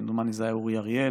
כמדומני זה היה אורי אריאל,